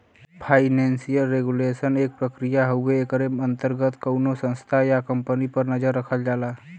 financial regulation एक प्रक्रिया हउवे एकरे अंतर्गत कउनो संस्था या कम्पनी पर नजर रखल जाला